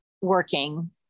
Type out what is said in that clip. working